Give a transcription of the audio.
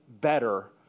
better